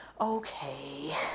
Okay